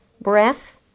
breath